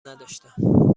نداشتم